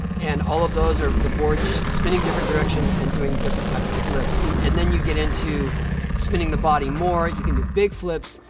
and all of those are the board so spinning different directions and doing different types of flips. and then you get into spinning the body more. you can do big flips,